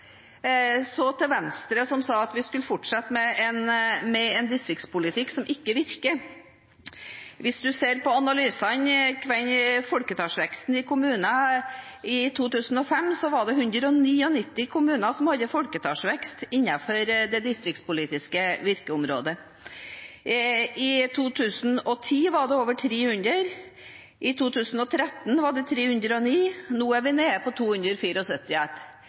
Så til Venstre, som sa at vi skulle fortsette med en distriktspolitikk som ikke virker: Hvis en ser på analysene av folketallsveksten i kommunene i 2005, var det 199 kommuner som hadde folketallsvekst innenfor det distriktspolitiske virkeområdet. I 2010 var det over 300. I 2013 var det 309. Nå er vi nede på